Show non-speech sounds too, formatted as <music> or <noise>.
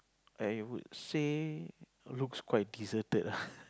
I would say looks quite deserted <laughs>